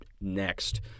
next